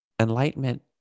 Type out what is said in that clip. enlightenment